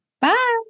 Bye